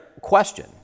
question